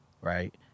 right